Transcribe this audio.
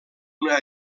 una